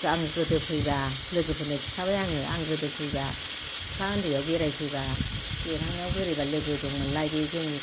आं गोदो फैबा लोगोफोरनो खिन्थाबाय आङो आं गोदो फैबा सिख्ला उन्दैआव बेरायफैब्ला देरहांनायाव बोरैबा लोगो दंमोनलाय बे जोंनि